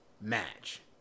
match